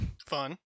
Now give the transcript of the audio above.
Fun